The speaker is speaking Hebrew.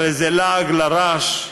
הרי זה לעג לרש.